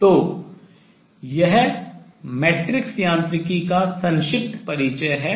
तो यह मैट्रिक्स यांत्रिकी का संक्षिप्त परिचय है